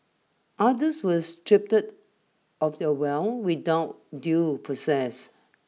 others were stripped of their wealth without due process